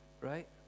right